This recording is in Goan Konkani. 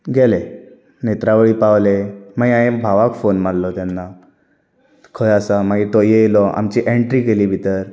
गेले नेत्रावळी पवले मागीर हांयें भावाक फॉन मारलो तेन्ना खंय आसा मागीर तो एयलो आमची एन्ट्री केली भितर